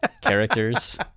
characters